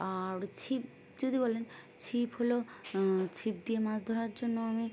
আর ছিপ যদি বলেন ছিপ হলো ছিপ দিয়ে মাছ ধরার জন্য আমি